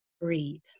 breathe